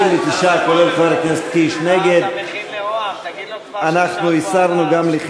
אנחנו נשים לב לזה.